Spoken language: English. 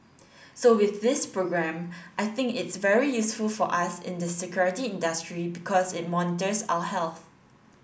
so with this programme I think it's very useful for us in the security industry because it monitors our health